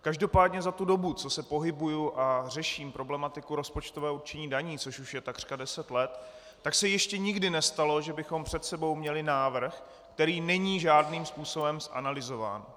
Každopádně za tu dobu, co se pohybuji a řeším problematiku rozpočtového určení daní, což už je takřka deset let, tak se ještě nikdy nestalo, že bychom před sebou měli návrh, který není žádným způsobem zanalyzován.